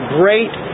great